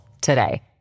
today